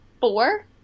four